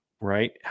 right